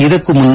ಇದಕ್ಕೂ ಮುನ್ನ